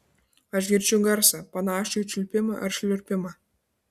aš girdžiu garsą panašų į čiulpimą ar šliurpimą